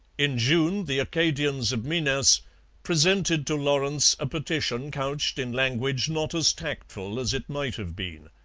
in june the acadians of minas presented to lawrence a petition couched in language not as tactful as it might have been.